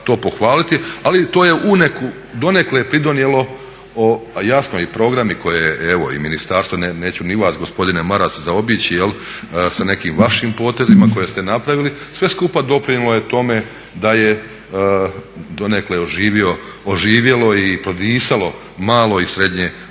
ali to je donekle pridonijelo, a jasno i programi koje evo i ministarstvo, neću ni vas gospodine Maras zaobići sa nekim vašim potezima koje ste napravili, sve skupa doprinijelo je tome da je donekle oživjelo i prodisalo malo i srednje